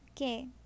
okay